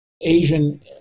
asian